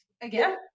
again